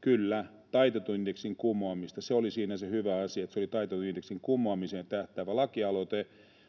kyllä, taitetun indeksin kumoamista. Se oli siinä se hyvä asia, että se oli taitetun indeksin kumoamiseen tähtäävä lakialoite,